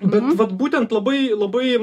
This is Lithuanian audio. bet vat būtent labai labai